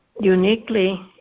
uniquely